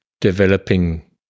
developing